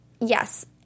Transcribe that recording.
Yes